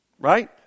right